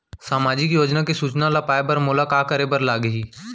सामाजिक योजना के सूचना ल पाए बर मोला का करे बर लागही?